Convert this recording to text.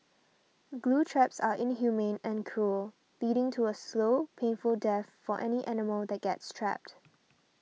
glue traps are inhumane and cruel leading to a slow painful death for any animal that gets trapped